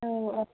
औ औ